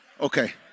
okay